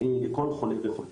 בכל חולה וחולה.